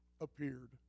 appeared